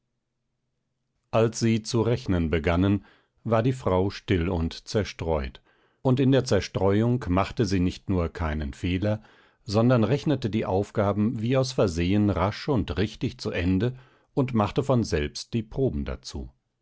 als sie zu rechnen begannen war die frau still und zerstreut und in der zerstreuung machte sie nicht nur keinen fehler sondern rechnete die aufgaben wie aus versehen rasch und richtig zu ende und machte von selbst die proben dazu